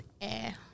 Air